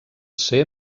ser